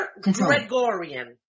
Gregorian